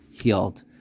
healed